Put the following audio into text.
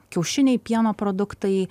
kiaušiniai pieno produktai